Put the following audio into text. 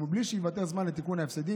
ומבלי שיוותר זמן לתיקון ההפסדים,